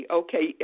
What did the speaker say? okay